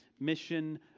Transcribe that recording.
mission